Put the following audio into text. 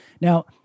Now